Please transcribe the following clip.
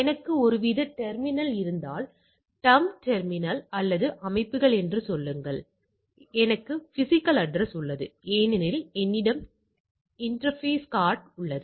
நீங்கள் ஒரு மருந்துப்போலியைச் சோதிக்கிறீர்கள் அது வெற்றிகளைக் காட்டுகிறது அது தோல்விகளைக் காட்டுகிறது